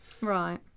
Right